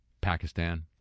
Pakistan